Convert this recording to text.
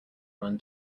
run